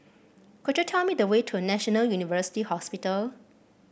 could you tell me the way to National University Hospital